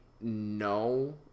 no